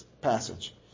passage